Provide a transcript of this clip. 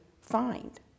find